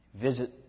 visit